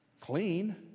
clean